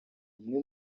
umwe